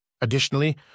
Additionally